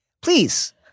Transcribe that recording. Please